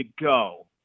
go